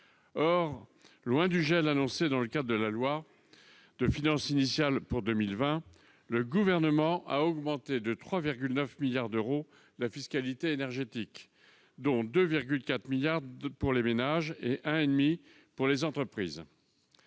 Or, loin du « gel » annoncé dans le cadre de la loi de finances initiale pour 2020, le Gouvernement a augmenté de 3,9 milliards d'euros la fiscalité énergétique, dont 2,4 milliards d'euros pour les ménages et 1,5 milliard d'euros